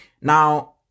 Now